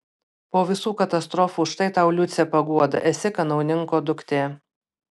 po visų katastrofų štai tau liuce paguoda esi kanauninko duktė